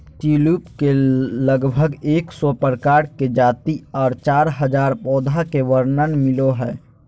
tulip के लगभग एक सौ प्रकार के जाति आर चार हजार पौधा के वर्णन मिलो हय